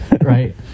Right